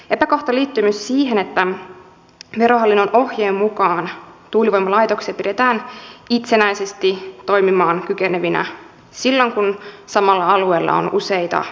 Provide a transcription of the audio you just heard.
epäkohta liittyy myös siihen että verohallinnon ohjeen mukaan tuulivoimalaitoksia pidetään itsenäisesti toimimaan kykenevinä silloin kun samalla alueella on useita voimaloita